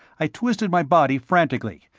i twisted my body frantically,